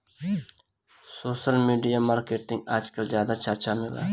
social media marketing आजकल ज्यादा चर्चा में बा